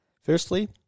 Firstly